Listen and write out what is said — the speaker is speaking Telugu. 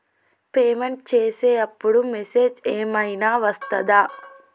పేమెంట్ చేసే అప్పుడు మెసేజ్ ఏం ఐనా వస్తదా?